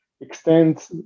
Extend